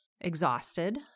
exhausted